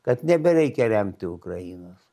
kad nebereikia remti ukrainos